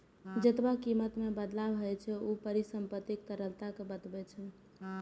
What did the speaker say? जेतबा कीमत मे बदलाव होइ छै, ऊ परिसंपत्तिक तरलता कें बतबै छै